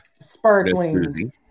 sparkling